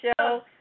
show